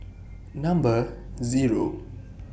Number Zero